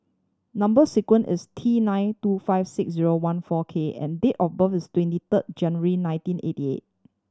number sequence is T nine two five six zero one four K and date of birth is twenty third January nineteen eighty eight